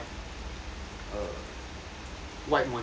err wide monitor